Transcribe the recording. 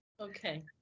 Okay